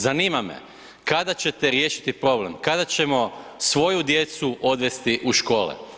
Zanima me kada ćete riješiti problem, kada ćemo svoju djecu odvesti u škole?